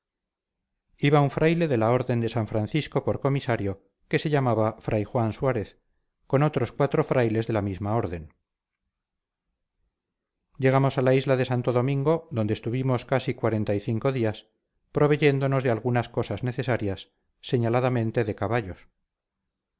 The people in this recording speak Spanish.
iba un fraile de la orden de san francisco por comisario que se llamaba fray juan suárez con otros cuatro frailes de la misma orden llegamos a la isla de santo domingo donde estuvimos casi cuarenta y cinco días proveyéndonos de algunas cosas necesarias señaladamente de caballos